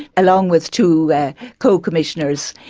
along with two co-commissioners,